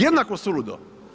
Jednako suludo.